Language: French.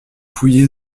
fouillé